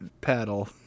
paddle